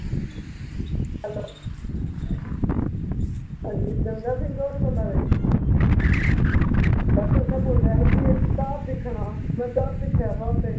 hello हां जी दंगा सिंह होर बोल्ला दे सर तुसें बोलेआ हा के इक घर दिक्खनां में घर दिक्खेआ थुआढ़े ते